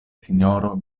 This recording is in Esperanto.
sinjoro